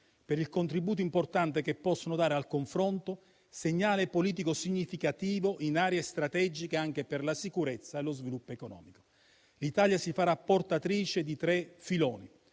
per il contributo importante che possono dare al confronto, segnale politico significativo in aree strategiche anche per la sicurezza e lo sviluppo economico. L'Italia si farà portatrice di tre filoni.